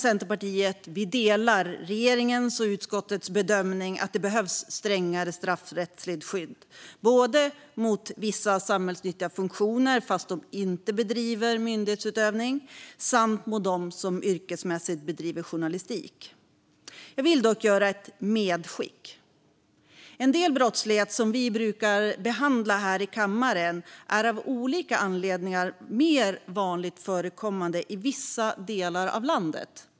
Centerpartiet delar regeringens och utskottets bedömning att det behövs ett strängare straffrättsligt skydd för vissa samhällsnyttiga funktioner som inte utför myndighetsutövning och för dem som yrkesmässigt bedriver journalistik. Jag vill dock göra ett medskick. En del av den brottslighet vi debatterar här i kammaren är av olika anledningar mer vanligt förekommande i vissa delar av landet.